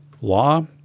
law